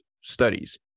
studies